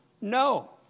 No